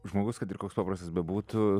žmogus kad ir koks paprastas bebūtų